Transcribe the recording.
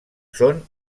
són